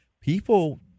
People